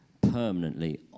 permanently